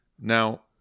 Now